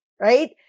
right